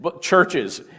churches